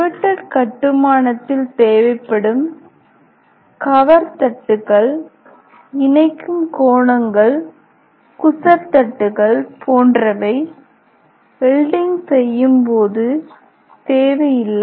riveted கட்டுமானத்தில் தேவைப்படும் cover தட்டுகள் இணைக்கும் கோணங்கள் குசெட் தட்டுகள் போன்றவை வெல்டிங் செய்யும் போது தேவையில்லை